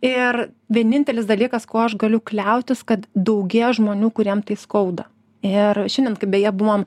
ir vienintelis dalykas kuo aš galiu kliautis kad daugėja žmonių kuriem tai skauda ir žinant kaip beje buvom